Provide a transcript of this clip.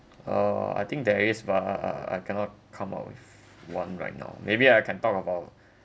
uh I think there is but ah ah I cannot come up with one right now maybe I can talk about